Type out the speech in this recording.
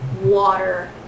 water